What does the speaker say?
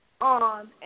on